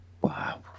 Wow